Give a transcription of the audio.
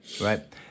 Right